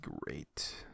great